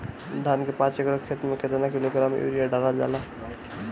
धान के पाँच एकड़ खेती में केतना किलोग्राम यूरिया डालल जाला?